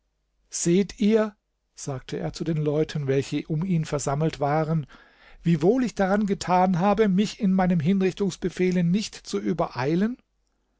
seht ihr sagte er zu den leuten welche um ihn versammelt waren wie wohl ich daran getan habe mich in meinem hinrichtungsbefehle nicht zu übereilen